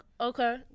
Okay